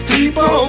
People